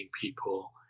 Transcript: people